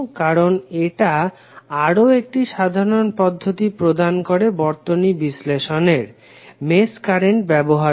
কারণ এটা আরও একটি সাধারন পদ্ধতি প্রদান করে বর্তনী বিশ্লেষণের মেশ কারেন্ট ব্যবহার করে